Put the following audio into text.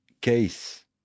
case